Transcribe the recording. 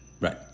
Right